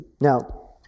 Now